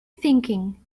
thinking